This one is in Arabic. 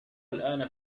الآن